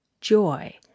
joy